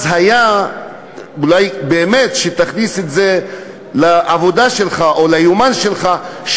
אז אולי באמת תכניס את זה לעבודה שלך או ליומן שלך,